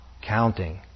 counting